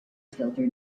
filter